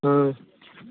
हाँ